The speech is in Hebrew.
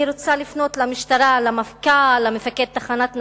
אני רוצה לפנות למשטרה, למפכ"ל, למפקד תחנת נצרת,